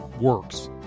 works